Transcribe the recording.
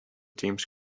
james